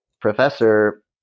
professor